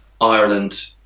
Ireland